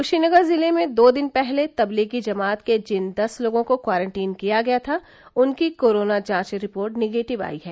कुशीनगर जिले में दो दिन पहले तब्लीगी जमात के जिन दस लोगों को क्वारंटीन किया गया था उनकी कोरोना जांच रिपोर्ट निगेटिव आई है